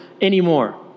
anymore